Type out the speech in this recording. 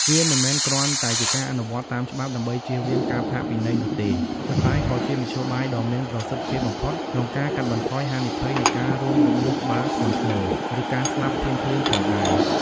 វាមិនមែនគ្រាន់តែជាការអនុវត្តតាមច្បាប់ ដើម្បីចៀសវាងការផាកពិន័យនោះទេ ប៉ុន្តែក៏ជាមធ្យោបាយដ៏មានប្រសិទ្ធភាពបំផុតក្នុងការកាត់បន្ថយហានិភ័យនៃការរងរបួសក្បាលធ្ងន់ធ្ងរ ឬការស្លាប់ភ្លាមៗផងដែរ។